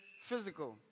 physical